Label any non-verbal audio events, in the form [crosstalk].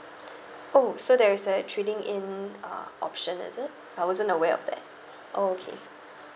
[breath] oh so there is a trading in uh option is it I wasn't aware of that oh okay